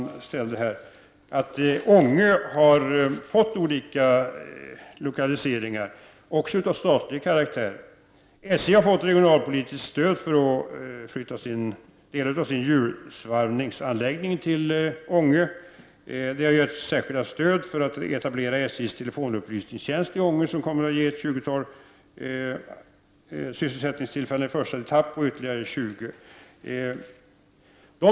Jag vill säga att Ånge har fått olika lokaliseringar, också av statlig karaktär. SJ har fått regionalpolitiskt stöd för att flytta delar av sin hjulsvarvningsanläggning till Ånge. Det har getts särskilda stöd för att SJ:s telefonupplysningstjänst skall etableras i Ånge. Detta kommer att ge ett tjugotal sysselsättningstillfällen i en första etapp. Ytterligare 20 kommer att tillföras senare.